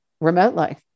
remotely